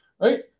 right